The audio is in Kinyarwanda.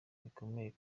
bikomeye